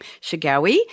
Shigawi